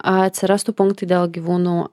atsirastų punktai dėl gyvūnų